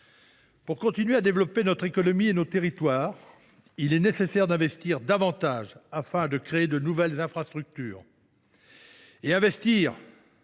Pour continuer à développer notre économie et nos territoires, il est nécessaire d’investir davantage, afin de créer de nouvelles infrastructures. Investir,